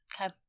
Okay